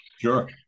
Sure